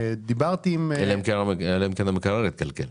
אלא אם כן המקרר התקלקל.